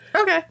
Okay